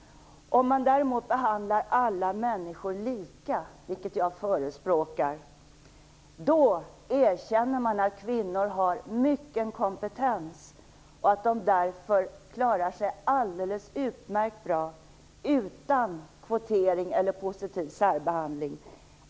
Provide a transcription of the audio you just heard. Om man däremot behandlar alla människor lika, vilket jag förespråkar, erkänner man att kvinnor har mycken kompetens och att de därför klarar sig alldeles utmärkt bra utan kvotering eller positiv särbehandling.